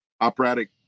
operatic